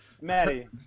maddie